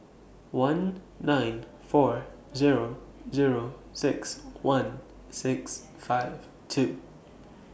one nine four Zero Zero six one six five two